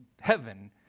heaven